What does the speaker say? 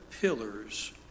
pillars